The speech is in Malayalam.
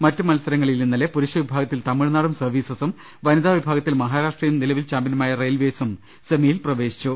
മറ്റു മത്സരങ്ങളിൽ ഇന്നലെ പുരുഷവിഭാഗത്തിൽ തമി ഴ്നാടും സർവീസസും വനിതാ വിഭാഗത്തിൽ മഹാരാഷ്ട്രയും നിലവിൽ ചാമ്പ്യൻമാരായ റെയിൽവേസും സെമിയിൽ പ്രവേ ശിച്ചു